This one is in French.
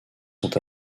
sont